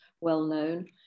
well-known